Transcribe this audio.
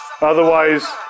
Otherwise